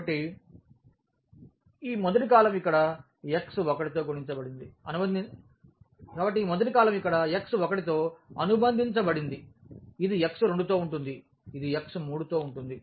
కాబట్టి ఈ మొదటి కాలమ్ ఇక్కడ x1తో అనుబంధించబడింది ఇది x2 తో ఉంటుంది ఇది x3 తో ఉంటుంది